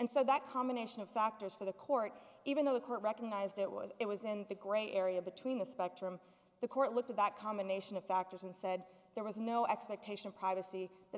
and so that combination of factors for the court even though the court recognized it was it was in the gray area between the spectrum the court looked at that combination of factors and said there was no expectation of privacy that